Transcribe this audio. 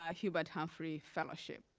ah hubert humphrey fellowship.